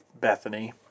Bethany